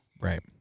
right